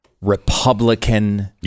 Republican